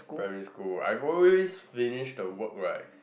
primary school I always finished the work right